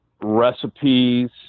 Recipes